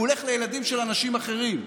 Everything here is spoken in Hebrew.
הוא הולך לילדים של אנשים אחרים,